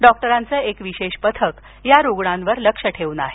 डॉक्टरांचं एक विशेष पथक या रुग्णांवर लक्ष ठेवून आहे